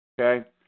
Okay